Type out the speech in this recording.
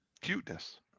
Cuteness